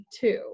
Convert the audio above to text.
two